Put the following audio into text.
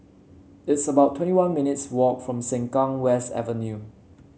it's about twenty one minutes' walk from Sengkang West Avenue